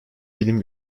film